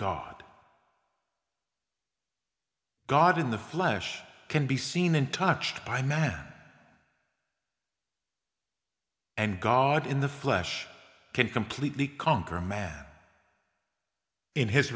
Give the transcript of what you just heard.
god god in the flesh can be seen and touched by man and god in the flesh can completely conquer a man in his